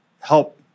help